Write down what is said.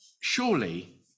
surely